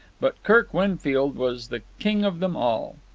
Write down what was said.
but kirk winfield was the king of them all.